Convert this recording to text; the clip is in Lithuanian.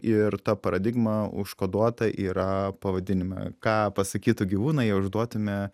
ir ta paradigma užkoduota yra pavadinime ką pasakytų gyvūnai jei užduotume